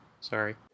Sorry